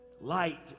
light